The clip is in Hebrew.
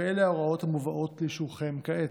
ואלה ההוראות המובאות לאישורכם כעת.